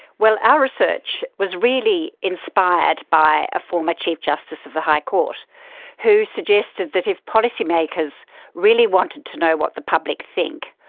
our research was really inspired by a former chief justice of the high court who suggested that if policymakers really wanted to know what the public think,